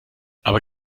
aber